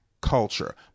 culture